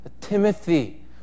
Timothy